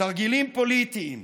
תרגילים פוליטיים,